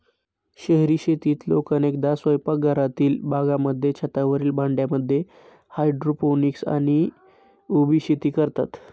शहरी शेतीत लोक अनेकदा स्वयंपाकघरातील बागांमध्ये, छतावरील भांड्यांमध्ये हायड्रोपोनिक्स आणि उभी शेती करतात